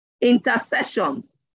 intercessions